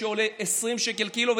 שעולה 20 שקל קילו,